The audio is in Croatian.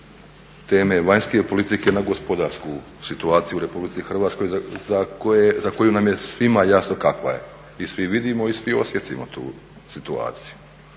teme vanjske politike na gospodarsku situaciju u Republici Hrvatskoj za koju nam je svima jasno kakva je i svi vidimo i svi osjetimo tu situaciju.